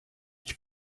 ich